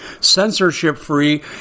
censorship-free